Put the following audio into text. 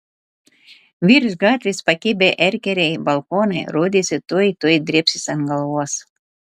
virš gatvės pakibę erkeriai balkonai rodėsi tuoj tuoj drėbsis ant galvos